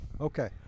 Okay